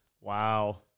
Wow